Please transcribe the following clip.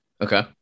Okay